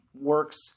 works